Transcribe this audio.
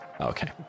Okay